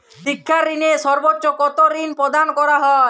শিক্ষা ঋণে সর্বোচ্চ কতো ঋণ প্রদান করা হয়?